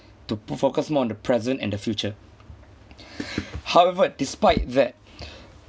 to put focus more on the present and the future however despite that